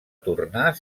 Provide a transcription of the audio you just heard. tornar